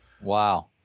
Wow